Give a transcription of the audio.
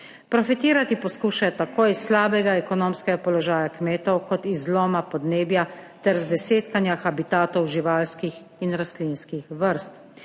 Profitirati poskušajo tako iz slabega ekonomskega položaja kmetov kot iz zloma podnebja ter zdesetkanja habitatov živalskih in rastlinskih vrst.